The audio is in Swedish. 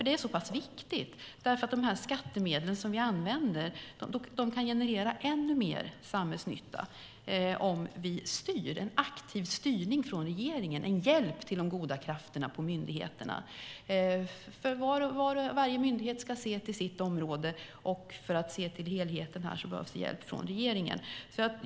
Det är så pass viktigt, därför att de skattemedel som vi använder kan generera ännu mer samhällsnytta med en aktiv styrning från regeringen, en hjälp till de goda krafterna på myndigheterna. För att varje myndighet ska se till sitt område och för att se till helheten här behövs det hjälp från regeringen.